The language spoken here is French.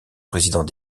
président